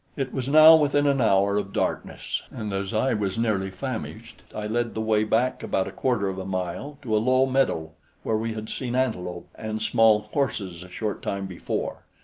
it was now within an hour of darkness, and as i was nearly famished, i led the way back about a quarter of a mile to a low meadow where we had seen antelope and small horses a short time before.